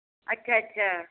ਅੱਛਾ ਅੱਛਾ